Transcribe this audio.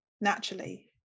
naturally